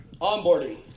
onboarding